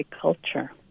culture